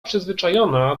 przyzwyczajona